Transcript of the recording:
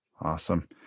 Awesome